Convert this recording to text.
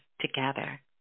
together